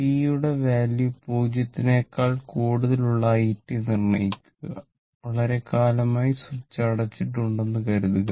T യുടെ value പൂജ്യത്തിനേക്കാൾ കൂടുതലുള്ള i നിർണ്ണയിക്കുക വളരെക്കാലമായി സ്വിച്ച് അടച്ചിട്ടുണ്ടെന്ന് കരുതുക